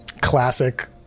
Classic